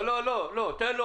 לא, תן לו.